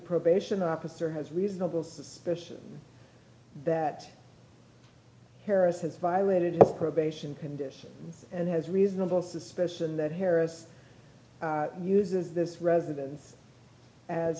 probation officer has reasonable suspicion that harris has violated probation conditions and has reasonable suspicion that harris uses this residence as